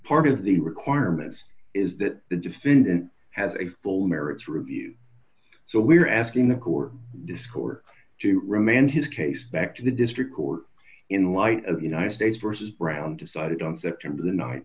part of the requirements is that the defendant has a full merits review so we're asking the court discourse to remand his case back to the district court in light of the united states versus brown decided on september the night